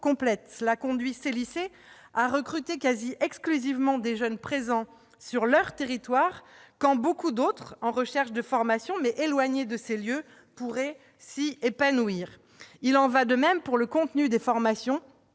Cela conduit ces établissements à recruter quasi exclusivement des jeunes présents sur leur territoire, quand beaucoup d'autres, en recherche de formation, mais éloignés, pourraient s'y épanouir. Il en va de même pour le contenu des formations